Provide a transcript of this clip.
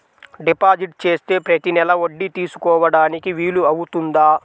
Deposit చేస్తే ప్రతి నెల వడ్డీ తీసుకోవడానికి వీలు అవుతుందా?